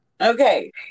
Okay